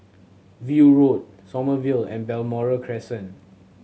View Road Sommerville Road and Balmoral Crescent